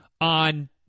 on